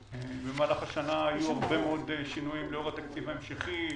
במהלך השנה היו הרבה מאוד שינויים לאור התקציב ההמשכי,